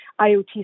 IoT